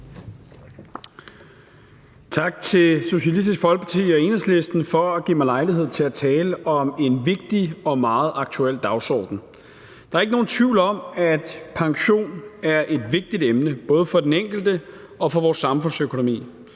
Tak til Socialistisk Folkeparti og Enhedslisten for at give mig lejlighed til at tale om en vigtig og meget aktuel dagsorden. Der er ikke nogen tvivl om, at pension er et vigtigt emne både for den enkelte og for vores samfundsøkonomi.